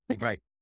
Right